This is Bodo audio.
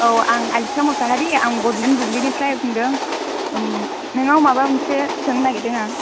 औ आं आलिसा मुसाहारि आं बड'लेन्ड बुब्लिनिफ्राय बुंदों ओम नोंनाव माबा मोनसे सोंनो नागिरदों आं